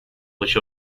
which